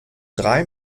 drei